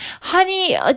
honey